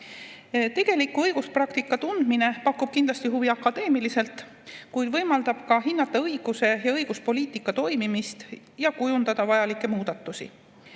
Tegeliku õiguspraktika tundmine pakub kindlasti huvi akadeemiliselt, kuid võimaldab ka hinnata õiguse ja õiguspoliitika toimimist ja kujundada vajalikke muudatusi.